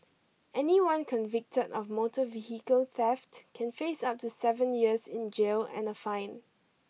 anyone convicted of motor vehicle theft can face up to seven years in jail and a fine